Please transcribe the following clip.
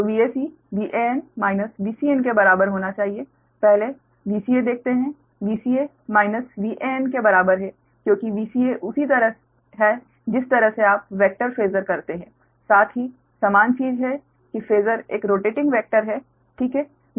तो Vac Van - Vcn के बराबर होना चाहिए - पहले Vca देखते है Vca माइनस Van के बराबर है क्योंकि Vca उसी तरह है जिस तरह से आप वैक्टर फेसर करते हैं साथ ही समान चीज है कि फेसर एक रोटेटिंग वेक्टर है ठीक है